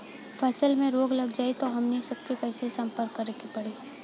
फसल में रोग लग जाई त हमनी सब कैसे संपर्क करें के पड़ी?